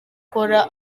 ukora